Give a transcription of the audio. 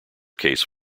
case